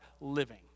living